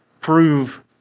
prove